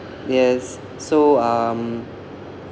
yes so um